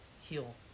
heal